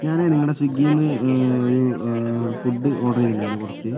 ഞാനേ നിങ്ങളുടെ സ്വിഗ്ഗിയിൽ നിന്ന് ഒര് ഫുഡ് ഓർഡർ ചെയ്തിട്ടുണ്ടായിരുന്നു കുറച്ച്